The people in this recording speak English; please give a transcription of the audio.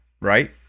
right